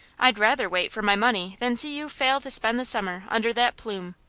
i'd rather wait for my money than see you fail to spend the summer under that plume.